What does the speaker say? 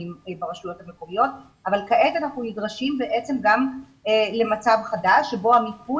ברשויות המקומיות אבל כעת אנחנו נדרשים למצב חדש שבו המיפוי